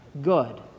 Good